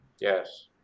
Yes